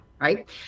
right